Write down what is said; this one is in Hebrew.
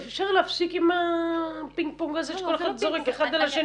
אפשר להפסיק עם הפמפום הזה --- תסבירי